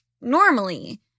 normally